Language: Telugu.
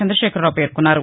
చంద్రశేఖరరావు పేర్కొన్నారు